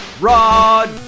Rod